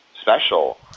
special